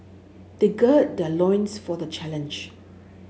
they gird their loins for the challenge